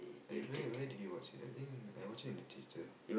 where where did you watch it I think I watched it in the theater